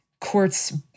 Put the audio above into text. court's